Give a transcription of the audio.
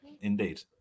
indeed